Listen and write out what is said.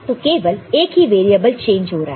तो केवल एक ही वेरिएबल चेंज हो रहा है